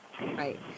Right